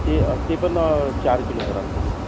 ते ते पण चार किलो कराल तुम्ही